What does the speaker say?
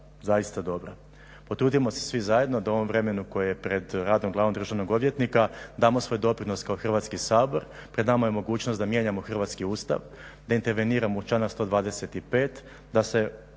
zaista dobra. Potrudimo se svi zajedno da u ovom vremenu koje je pred radom glavnog državnog odvjetnika damo svoj doprinos kao Hrvatski sabor, pred nama je mogućnost da mijenjamo Hrvatski Ustav, da interveniramo u članak 125., da se